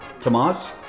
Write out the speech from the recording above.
Tomas